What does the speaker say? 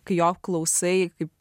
kai jo klausai kaip